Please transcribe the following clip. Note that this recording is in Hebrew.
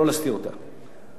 אני חושב שלא נגיע לשם,